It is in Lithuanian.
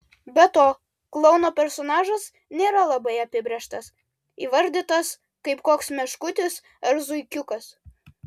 be to klouno personažas nėra labai apibrėžtas įvardytas kaip koks meškutis ar zuikiukas